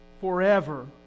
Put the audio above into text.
forever